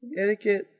etiquette